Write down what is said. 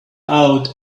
out